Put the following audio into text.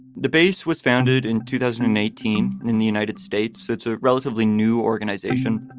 the base was founded in two thousand and eighteen in the united states. it's a relatively new organization.